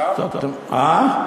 למה?